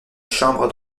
chambre